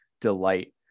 delight